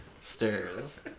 stairs